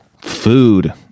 food